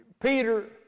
Peter